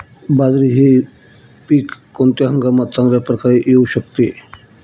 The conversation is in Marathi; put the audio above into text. बाजरी हे पीक कोणत्या हंगामात चांगल्या प्रकारे येऊ शकते?